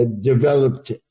developed